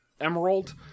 Emerald